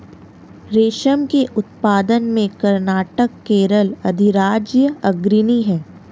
रेशम के उत्पादन में कर्नाटक केरल अधिराज्य अग्रणी है